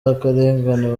akarengane